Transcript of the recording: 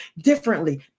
differently